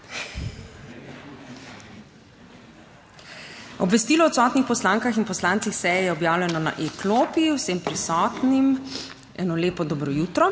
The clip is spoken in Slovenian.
Obvestilo o odsotnih poslankah in poslancih s seje je objavljeno na e-klopi. Vsem prisotnim eno lepo dobro jutro!